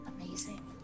Amazing